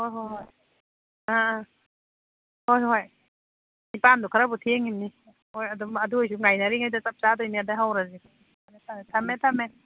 ꯍꯣꯏ ꯍꯣꯏ ꯍꯣꯏ ꯑꯥ ꯑꯥ ꯍꯣꯏ ꯍꯣꯏ ꯅꯤꯄꯥꯟꯗꯨ ꯈꯔꯕꯨ ꯊꯦꯡꯉꯤꯝꯅꯤ ꯍꯣꯏ ꯑꯗꯨꯝ ꯑꯗꯨ ꯑꯣꯏꯁꯨ ꯉꯥꯏꯅꯔꯤꯉꯩꯗ ꯆꯞ ꯆꯥꯗꯣꯏꯅꯦ ꯑꯗꯒꯤ ꯍꯧꯔꯁꯤ ꯐꯔꯦ ꯐꯔꯦ ꯊꯝꯃꯦ ꯊꯝꯃꯦ